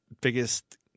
biggest